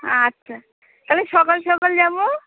আচ্ছা তাহলে সকাল সকাল যাবো